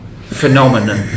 phenomenon